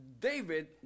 David